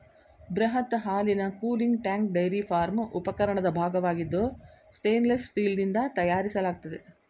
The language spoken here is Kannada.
ಬೃಹತ್ ಹಾಲಿನ ಕೂಲಿಂಗ್ ಟ್ಯಾಂಕ್ ಡೈರಿ ಫಾರ್ಮ್ ಉಪಕರಣದ ಭಾಗವಾಗಿದ್ದು ಸ್ಟೇನ್ಲೆಸ್ ಸ್ಟೀಲ್ನಿಂದ ತಯಾರಿಸಲಾಗ್ತದೆ